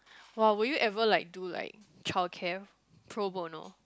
[wah] would you ever like do like childcare Pro-bono